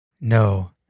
No